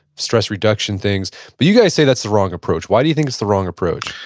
stress reduction things. but you guys say that's the wrong approach. why do you think it's the wrong approach?